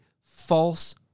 false